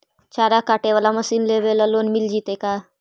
चारा काटे बाला मशीन लेबे ल लोन मिल जितै का?